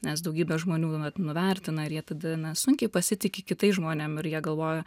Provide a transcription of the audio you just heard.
nes daugybė žmonių vat nuvertina ir jie tada na sunkiai pasitiki kitais žmonėm ir jie galvoja